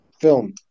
film